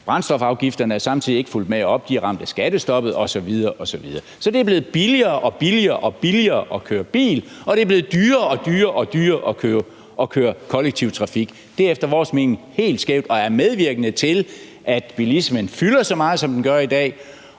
brændstofafgifterne er samtidig ikke fulgt med op, for de er ramt af skattestoppet osv. osv. Så det er blevet billigere og billigere at køre bil, og det er blevet dyrere og dyrere at køre kollektiv trafik. Det er efter vores mening helt skævt og er medvirkende til, at bilismen fylder så meget, som den gør i dag,